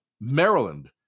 Maryland